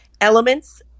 elements